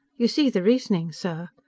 you see the reasoning, sir.